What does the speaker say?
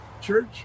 church